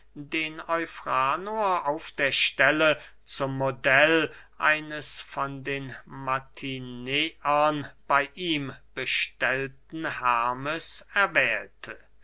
den eufranor auf der stelle zum modell eines von den mantineern bey ihm bestellten hermes erwählte